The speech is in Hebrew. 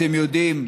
אתם יודעים,